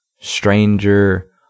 stranger